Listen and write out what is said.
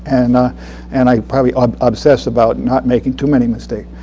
and ah and i probably um obsess about not making too many mistakes.